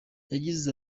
yagize